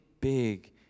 big